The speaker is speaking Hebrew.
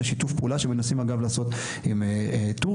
שיתוף פעולה שמנסים אגב לעשות עם טורקיה,